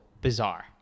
bizarre